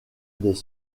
des